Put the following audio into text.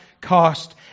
cost